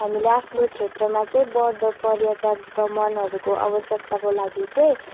हामीले आफ्नो क्षेत्रमा चाहिँ बढ्दो पर्यटक भ्रमणहरूको आवश्यकताको लागि चाहिँ